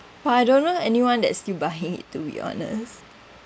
but I don't know like anyone that still buying it to be honest